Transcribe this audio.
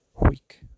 week